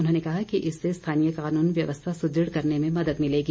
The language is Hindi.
उन्होंने कहा कि इससे स्थानीय कानून व्यवस्था सुदृढ़ करने में मदद मिलेगी